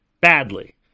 badly